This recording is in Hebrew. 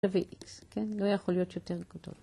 לא יכול להיות יותר גדול.